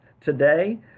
today